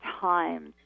times